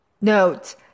Note